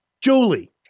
Julie